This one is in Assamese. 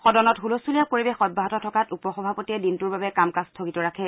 সদনত হুলস্থূলীয়া পৰিবেশ অব্যাহত থকাত উপ সভাপতিয়ে দিনটোৰ বাবে কাম কাজ স্থগিত ৰাখে